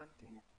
הבנתי.